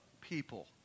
people